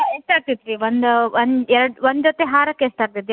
ಕಳಿಸ್ಕೊಡ್ತೀನಿ ನಿಮ್ಗೆ ಒಳ್ಳೆ ರಿಜಿನೇಬಲ್ ರೇಟ್ನಾಗ ಅದು ವ್ಯವಸ್ಥೆ ಮಾಡ್ತೀವಿ ನಾವು